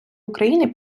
україни